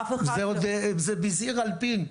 אף אחד --- זה עוד בזעיר אנפין,